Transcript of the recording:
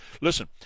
listen